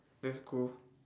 that's cool